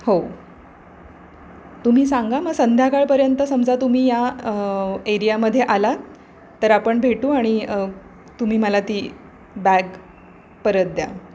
हो तुम्ही सांगा मग संध्याकाळपर्यंत समजा तुम्ही या एरियामध्ये आलात तर आपण भेटू आणि तुम्ही मला ती बॅग परत द्या